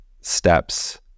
steps